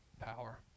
power